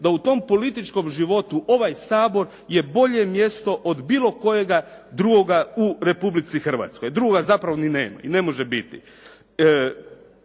da u tom političkom životu ovaj Sabor je bolje mjesto od bilo kojega drugoga u Republici Hrvatskoj. Drugoga zapravo ni nema i ne može biti.